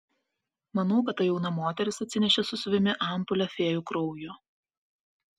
manau kad ta jauna moteris atsinešė su savimi ampulę fėjų kraujo